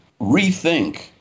rethink